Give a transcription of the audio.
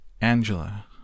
Angela